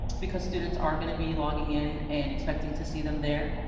because students are going to be logging in and expecting to see them there.